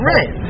Right